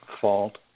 fault